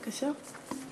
בבקשה.